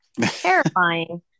terrifying